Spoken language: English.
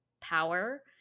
power